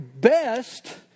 best